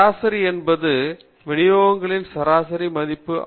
சராசரி என்பது விநியோகங்களின் சராசரி மதிப்பின் பிரதிநிதி